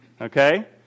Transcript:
okay